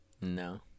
No